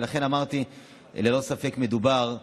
ולכן אמרתי, ללא ספק מדובר במשהו.